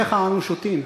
מימיך אנו שותים.